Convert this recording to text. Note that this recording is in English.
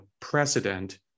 precedent